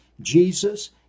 Jesus